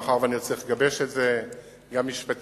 מאחר שאני עוד צריך לגבש את זה גם משפטית,